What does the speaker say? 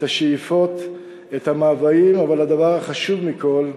את השאיפות, את המאוויים, אבל הדבר החשוב מכול,